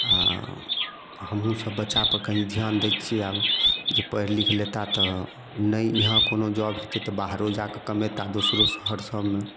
आ हमहुँ सब बच्चा पर कनी धिआन दै छियै आब जे पढ़ि लिख लेता तऽ नहि यहाँ कोनो जॉब होयतै तऽ बाहरो जाके कमेता दोसरो शहर सबमे